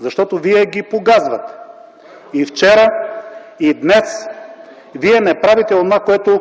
защото Вие ги погазвате. И вчера, и днес Вие не правите онова, което